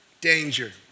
danger